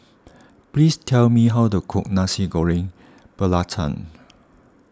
please tell me how to cook Nasi Goreng Belacan